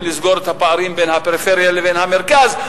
לסגור את הפערים בין הפריפריה לבין המרכז.